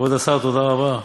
כבוד השר, תודה רבה.